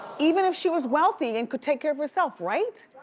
even if she was wealthy and could take care of herself, right?